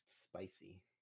Spicy